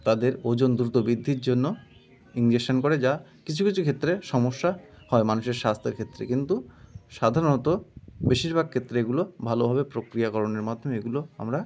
তাদের ওজন দ্রুত বৃদ্ধির জন্য ইনজেকশান করে যা কিছু কিছু ক্ষেত্রে সমস্যা হয় মানুষের স্বাস্থ্যের ক্ষেত্রে কিন্তু সাধারণত বেশিরভাগ ক্ষেত্রে এগুলো ভালোভাবে প্রক্রিয়াকরণের মাধ্যমে এগুলো আমরা